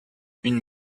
une